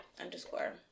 underscore